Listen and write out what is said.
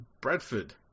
Bradford